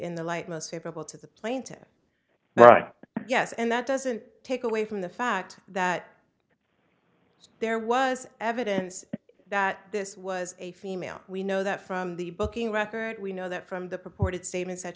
in the light most favorable to the plaintiffs right yes and that doesn't take away from the fact that there was evidence that this was a female we know that from the booking record we know that from the purported statements that